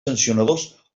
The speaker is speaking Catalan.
sancionadors